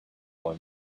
boy